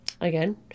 again